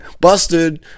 busted